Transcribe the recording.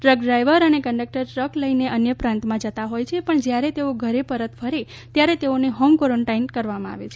truck driver અને conductor truck લઇને અન્ય પ્રાંતમાં જતા હોય છે પણ જ્યારે તેઓ ધરે પરત ફરે ત્યારે તેઓને હોમ ક્વોરંટાઈન થતા હોય છે